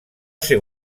ser